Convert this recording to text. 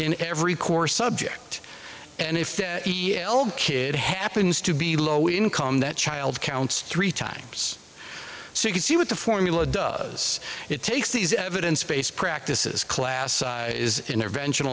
in every course subject and if the kid happens to be low income that child counts three times so you can see what the formula does it takes these evidence based practices class intervention